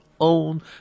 own